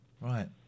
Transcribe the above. Right